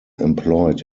employed